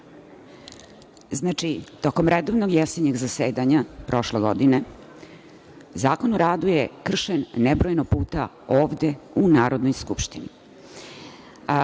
Hvala. Znači, tokom redovnog jesenjeg zasedanja prošle godine Zakon o radu je kršen nebrojeno puta ovde u Narodnoj skupštini.